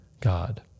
God